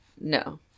No